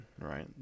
right